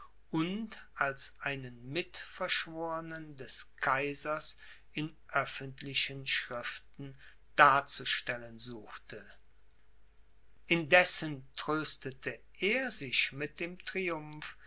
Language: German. und als einen mitverschwornen des kaisers in öffentlichen schriften darzustellen suchte indessen tröstete er sich mit dem triumph